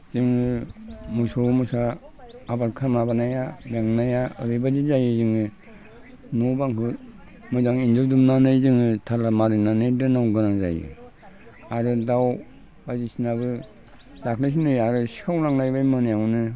जोङो मोसौ मोसा आबाद खालामनाय माबानाया बेंनाया ओरैबायदि जायो जोङो न' बांखौ मोजाङै होथेजोबनानै जोङो थाला मारिनानै दोननो गोनां जायो आरो दाउ बायदिसिनाफोर दाख्लैसो नै आरो सिखाव लांलायबाय मोनायावनो